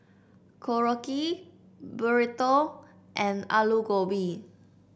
Korokke Burrito and Alu Gobi